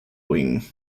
wing